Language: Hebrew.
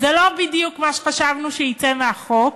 זה לא בדיוק מה שחשבנו שיצא מהחוק,